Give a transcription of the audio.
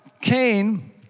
Cain